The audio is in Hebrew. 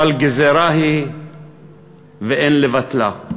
אבל גזירה היא ואין לבטלה.